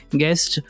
guest